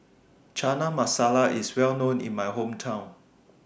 Chana Masala IS Well known in My Hometown